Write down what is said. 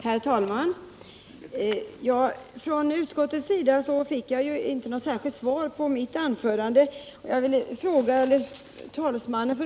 Herr talman! Jag fick inte något svar av utskottets talesman på vad jag anförde.